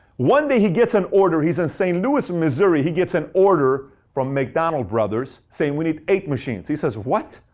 one day he gets an order. he's in st. louis, missouri, he gets an order from the mcdonald brothers, saying we need eight machines. he said, what?